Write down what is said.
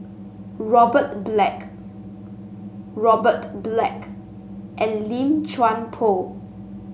Robert Black Robert Black and Lim Chuan Poh